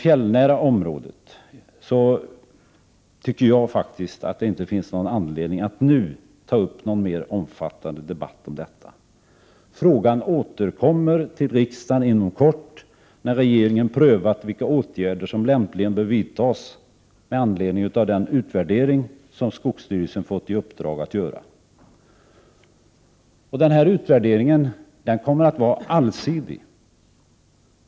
Jag tycker inte att det finns någon anledning att nu ta upp någon mera omfattande debatt när det gäller frågan om skogsbruket i det fjällnära området. Frågan återkommer till riksdagen inom kort, när regeringen har prövat vilka åtgärder som lämpligen bör vidtas med anledning av den utvärdering som skogsstyrelsen fått i uppdrag att göra. Utvärderingen kommer att vara allsidig.